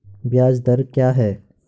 ब्याज दर क्या है?